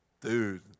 Dude